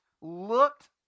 looked